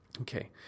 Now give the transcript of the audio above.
okay